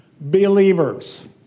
believers